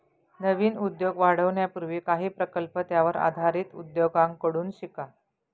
नवीन उद्योग वाढवण्यापूर्वी काही प्रकल्प त्यावर आधारित उद्योगांकडून शिका